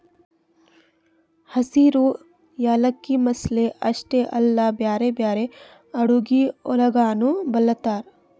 ಹಸಿರು ಯಾಲಕ್ಕಿ ಮಸಾಲೆ ಅಷ್ಟೆ ಅಲ್ಲಾ ಬ್ಯಾರೆ ಬ್ಯಾರೆ ಅಡುಗಿ ಒಳಗನು ಬಳ್ಸತಾರ್